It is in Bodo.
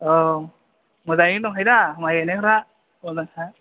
औ मोजाङैनो दंखायो दा माइ गायनायफ्रा अनारखा